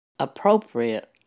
appropriate